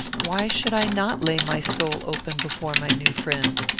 why should i not lay my soul open before my new friend?